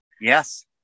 yes